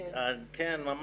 כן.